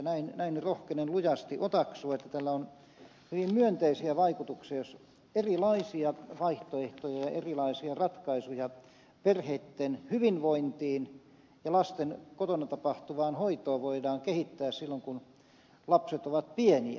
näin rohkenen lujasti otaksua että tällä on hyvin myönteisiä vaikutuksia jos erilaisia vaihtoehtoja ja erilaisia ratkaisuja perheitten hyvinvointiin ja lasten kotona tapahtuvaan hoitoon voidaan kehittää silloin kun lapset ovat pieniä